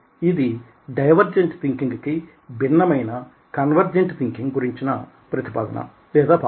ఇది divergent thinking కి భిన్నమైన కన్వెర్జెంట్ థింకింగ్ గురించిన ప్రతిపాదన లేదా భావన